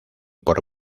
por